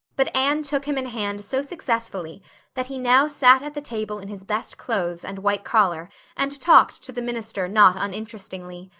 but anne took him in hand so successfully that he now sat at the table in his best clothes and white collar and talked to the minister not uninterestingly.